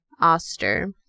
oster